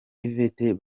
yvette